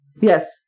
Yes